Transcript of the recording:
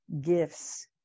gifts